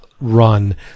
run